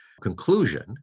conclusion